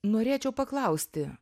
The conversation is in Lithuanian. norėčiau paklausti